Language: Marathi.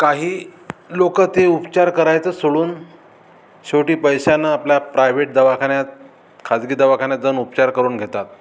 काही लोक ते उपचार करायचं सोडून शेवटी पैशानं आपल्या प्रायव्हेट दवाखान्यात खाजगी दवाखान्यात जाऊन उपचार करून घेतात